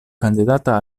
candidata